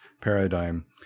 paradigm